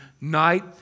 night